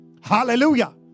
Hallelujah